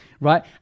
Right